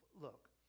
Look